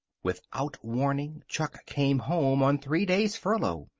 without warning, chuck came home on three days' furlough.